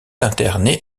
interné